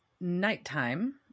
nighttime